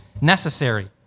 necessary